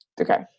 Okay